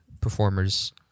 performers